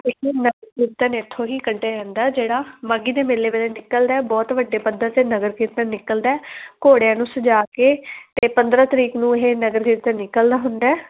ਇੱਥੇ ਨਗਰ ਕੀਰਤਨ ਇੱਥੋਂ ਹੀ ਕੱਢਿਆ ਜਾਂਦਾ ਜਿਹੜਾ ਮਾਘੀ ਦੇ ਮੇਲੇ ਵੇਲੇ ਨਿਕਲਦਾ ਬਹੁਤ ਵੱਡੇ ਪੱਧਰ 'ਤੇ ਨਗਰ ਕੀਰਤਨ ਨਿਕਲਦਾ ਘੋੜਿਆਂ ਨੂੰ ਸਜਾ ਕੇ ਅਤੇ ਪੰਦਰ੍ਹਾਂ ਤਰੀਕ ਨੂੰ ਇਹ ਨਗਰ ਕੀਰਤਨ ਨਿਕਲਦਾ ਹੁੰਦਾ